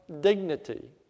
dignity